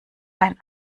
ein